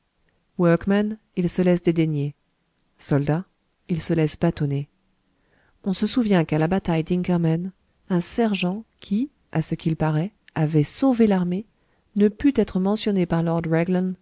workman il se laisse dédaigner soldat il se laisse bâtonner on se souvient qu'à la bataille d'inkermann un sergent qui à ce qu'il paraît avait sauvé l'armée ne put être mentionné par lord raglan